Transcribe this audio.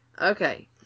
Okay